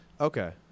Okay